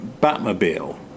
Batmobile